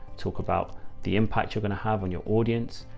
talk about the impact you're going to have on your audience,